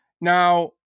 Now